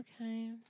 okay